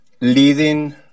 leading